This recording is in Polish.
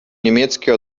niemieckie